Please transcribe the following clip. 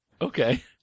Okay